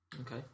Okay